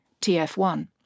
TF1